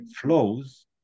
flows